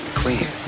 clean